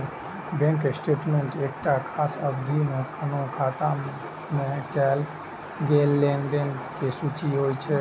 bank statement एकटा खास अवधि मे कोनो खाता मे कैल गेल लेनदेन के सूची होइ छै